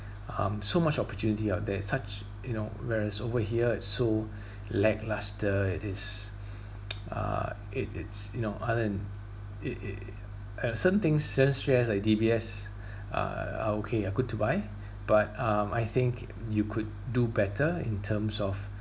um so much opportunity out there such you know whereas over here it's so lackluster it is uh it is you know other than it it and certain thing certain shares like D_B_S uh are okay are good to buy but um I think you could do better in terms of